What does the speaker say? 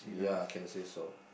ya can say so